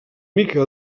mica